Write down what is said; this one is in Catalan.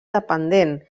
dependent